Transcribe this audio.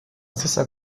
stessa